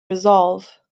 resolve